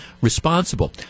responsible